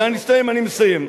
הסתיים, אני מסיים.